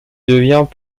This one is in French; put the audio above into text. devient